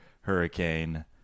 hurricane